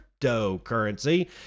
cryptocurrency